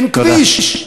אין כביש.